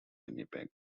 winnipeg